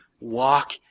walk